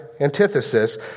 antithesis